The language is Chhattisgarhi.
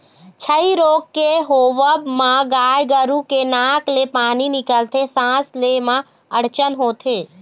छई रोग के होवब म गाय गरु के नाक ले पानी निकलथे, सांस ले म अड़चन होथे